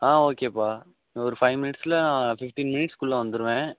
ஆ ஓகேப்பா இன்னும் ஒரு ஃபைவ் மினிட்ஸ்ஸில் ஃபிஃப்ட்டின் மினிட்ஸ் குள்ளே வந்துருவேன்